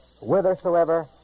whithersoever